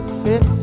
fit